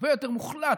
הרבה יותר מוחלט,